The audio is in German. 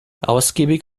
ausgiebig